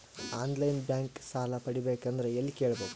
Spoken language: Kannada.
ಆನ್ ಲೈನ್ ಬ್ಯಾಂಕ್ ಸಾಲ ಪಡಿಬೇಕಂದರ ಎಲ್ಲ ಕೇಳಬೇಕು?